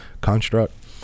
construct